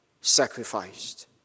sacrificed